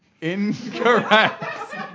Incorrect